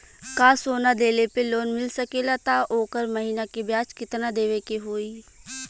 का सोना देले पे लोन मिल सकेला त ओकर महीना के ब्याज कितनादेवे के होई?